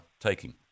taking